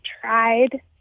tried